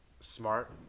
smart